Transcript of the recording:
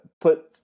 put